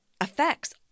affects